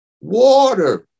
Water